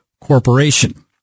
corporation